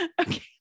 Okay